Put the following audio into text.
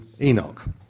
Enoch